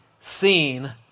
seen